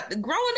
growing